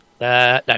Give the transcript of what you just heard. no